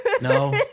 No